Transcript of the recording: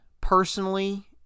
personally